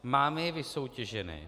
Máme je vysoutěžené?